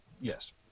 Yes